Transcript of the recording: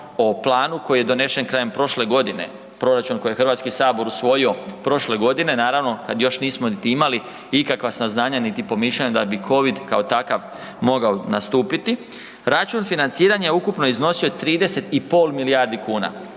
o planu koji je donesen krajem prošle godine, proračun koji je HS usvojio prošle godine, naravno kad još nismo niti imali ikakva saznanja, niti pomišljanja da bi covid kao takav mogao nastupiti, račun financiranja je ukupno iznosio 30,5 milijardi kuna